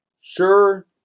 Sure